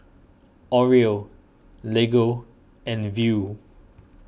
Oreo Lego and Viu